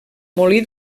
molí